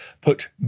put